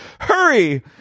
Hurry